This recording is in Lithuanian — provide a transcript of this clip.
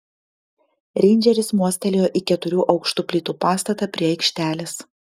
reindžeris mostelėjo į keturių aukštų plytų pastatą prie aikštelės